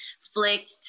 flicked